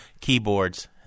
keyboards